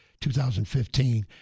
2015